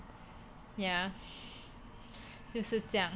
yeah 就是这样